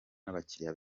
n’abakiliya